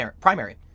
primary